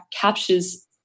captures